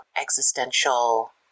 existential